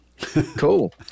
Cool